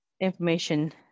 information